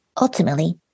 ultimately